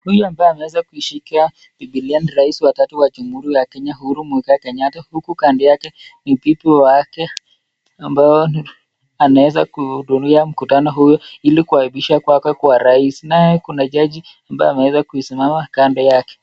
Huyu ambaye ameweza kushika bibilia ni rais wa tatu wa jamhuri la kenya uhuru mwigai kenyatta, uku kando yake ni bibi wake ambayo ameweza kuhudhuria mkutano huo ilikuapisha kwake kuwa rais. Nae kuna jaji ambaye ameweza kusmama kando yake.